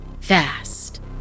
Fast